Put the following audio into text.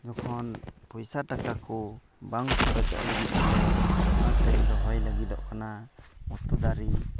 ᱡᱚᱠᱷᱚᱱ ᱯᱚᱭᱥᱟ ᱴᱟᱠᱟ ᱠᱚ ᱵᱟᱝ ᱠᱷᱚᱨᱚᱪᱚᱜ ᱞᱟᱹᱜᱤᱫᱛᱮ ᱚᱱᱟᱛᱮᱧ ᱨᱚᱦᱚᱭ ᱞᱟᱹᱜᱤᱫᱚᱜ ᱠᱟᱱᱟ ᱩᱛᱩ ᱫᱟᱨᱮ